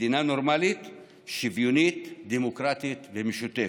מדינה נורמלית, שוויונית, דמוקרטית ומשותפת.